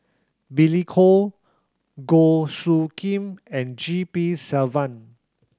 Billy Koh Goh Soo Khim and G P Selvam